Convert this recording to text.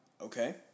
okay